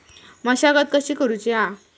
मशागत कशी करूची हा?